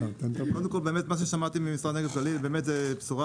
קודם כל באמת מה ששמעתי ממשרד נגב גליל זו באמת בשורה.